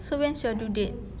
so when's your due date